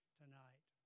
tonight